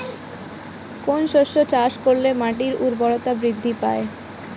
কোন শস্য চাষ করলে মাটির উর্বরতা বৃদ্ধি পায়?